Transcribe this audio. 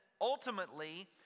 ultimately